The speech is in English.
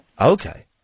Okay